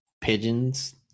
pigeons